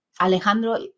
Alejandro